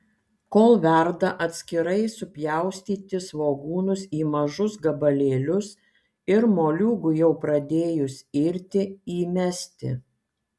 kol verda atskirai supjaustyti svogūnus į mažus gabalėlius ir moliūgui jau pradėjus irti įmesti